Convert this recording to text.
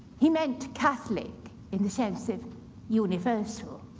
he meant catholic in the sense of universal.